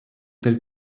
telle